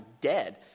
dead